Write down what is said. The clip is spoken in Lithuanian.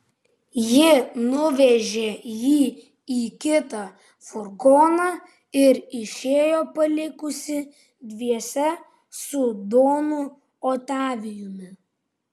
ji nuvežė jį į kitą furgoną ir išėjo palikusi dviese su donu otavijumi